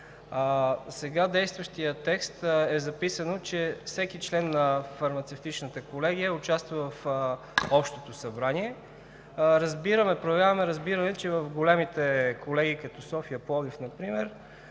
сега действащия текст е записано, че всеки член на фармацевтичната колегия участва в общото събрание. Проявяваме разбиране, че в големите колегии, като София и Пловдив например,